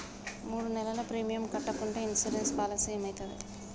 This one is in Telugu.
మూడు నెలలు ప్రీమియం కట్టకుంటే ఇన్సూరెన్స్ పాలసీకి ఏమైతది?